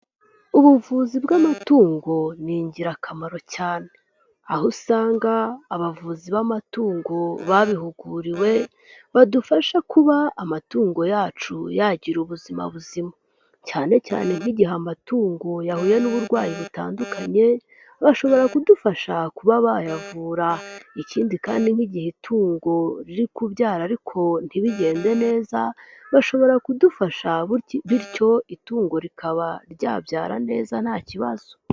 Ubuvuzi bw'amatungo ni ingirakamaro cyane, aho usanga abavuzi b'amatungo babihuguriwe, badufasha kuba amatungo yacu yagira ubuzima buzima. Cyane cyane nk'igihe amatungo yahuye n'uburwayi butandukanye, bashobora kudufasha, kuba bayavura. Ikindi kandi nk'igihe itungo riri kubyara ariko ntibigende neza, bashobora kudufasha bityo itungo rikaba ryabyara neza nta kibazo.